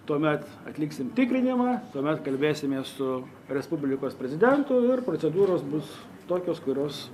tuomet atliksim tikrinimą tuomet kalbėsimės su respublikos prezidentu ir procedūros bus tokios kurios